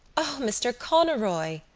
o, mr. conroy,